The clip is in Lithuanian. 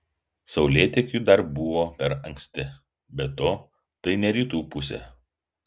saulėtekiui dar buvo per anksti be to tai ne rytų pusė